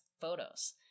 photos